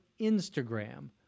Instagram